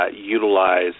utilize